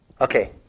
Okay